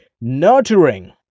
nurturing